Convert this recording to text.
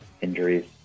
injuries